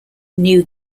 new